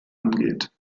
angeht